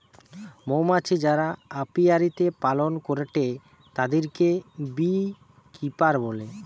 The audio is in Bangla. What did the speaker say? মৌমাছি যারা অপিয়ারীতে পালন করেটে তাদিরকে বী কিপার বলে